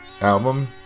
album